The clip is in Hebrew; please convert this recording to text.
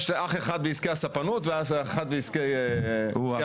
אח אחד בעסקי הספנות ואח אחד בעסקי האוויר.